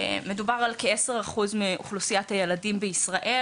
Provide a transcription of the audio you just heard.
מדובר על כעשרה אחוזים מאוכלוסיית הילדים בישראל